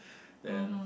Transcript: then